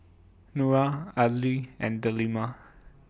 Nura Aidil and Delima